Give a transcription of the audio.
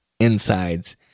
Insides